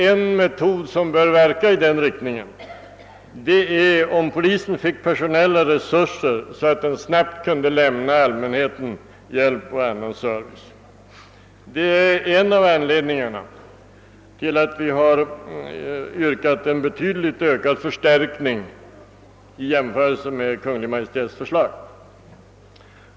En metod som skulle kunna verka i den riktningen vore att ge polisen personella resurser så att den snabbt kunde ge allmänheten service av olika slag. Detta är en av anledningarna till att vi reservanter yrkat en betydande förstärkning i jämförelse med Kungl. Maj:ts förslag.